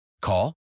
Call